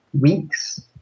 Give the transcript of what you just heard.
weeks